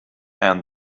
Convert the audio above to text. and